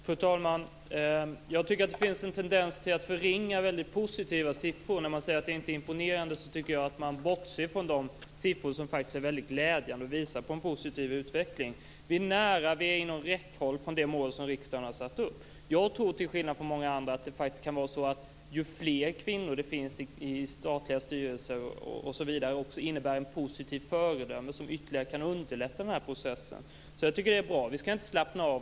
Fru talman! Det finns en tendens till att väldigt positiva siffror förringas. När man säger att siffrorna inte är imponerande bortser man från att de faktiskt är väldigt glädjande och visar på en positiv utveckling, att mål som riksdagen har satt upp är nära, inom räckhåll. Jag tror, till skillnad från många andra, att fler kvinnor inom bl.a. statliga styrelser också fungerar som ett positivt föredöme, som ytterligare kan underlätta den här processen. Det är bra, men vi skall inte slappna av.